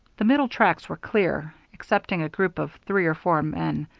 the middle tracks were clear, excepting a group of three or four men,